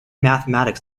mathematics